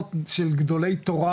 של 'גדולי תורה'